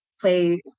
play